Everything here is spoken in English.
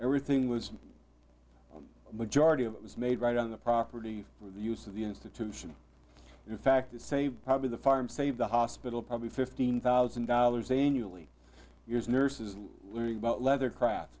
everything was majority of it was made right on the property for the use of the institution in fact to save probably the farm save the hospital probably fifteen thousand dollars annually years nurses learning about leather cra